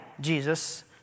Jesus